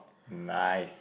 nice